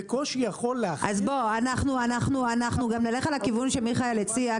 בקושי יכול להכיל --- אנחנו נלך על הכיוון שמיכאל הציע,